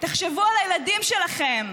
תחשבו על הילדים שלכם,